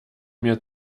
mir